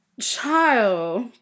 child